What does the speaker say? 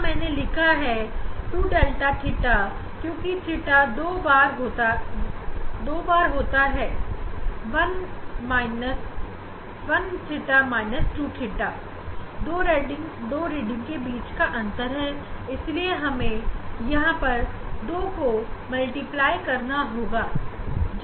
यहां मैंने 2𝛿θ लिखा है क्योंकि थीटा को हम θ2 θ1 करके निकाल रहे हैं यह ली गई दो रीडिंग का अंतर है इसलिए हम यहां पर 2𝛿θ ले रहे हैं